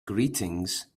greetings